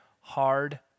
hard